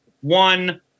one